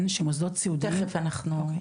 שמוסדות סיעודיים --- תכף אנחנו,